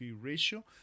ratio